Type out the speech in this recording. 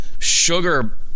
sugar